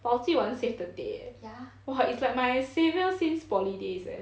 baoziwan save the day eh !wah! is like my saviour since poly days eh